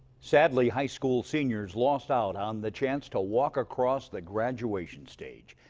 sadly, high school seniors lost out on the chance to walk across the graduations page.